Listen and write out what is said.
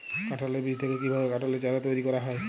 কাঁঠালের বীজ থেকে কীভাবে কাঁঠালের চারা তৈরি করা হয়?